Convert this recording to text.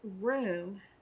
room